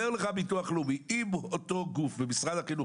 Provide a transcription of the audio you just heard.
ביטוח לאומי אומר לך שאם אותו גוף במשרד החינוך